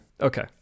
okay